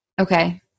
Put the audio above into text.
Okay